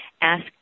ask